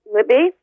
Libby